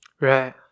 right